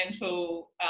mental